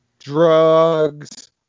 Drugs